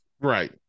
right